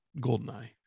GoldenEye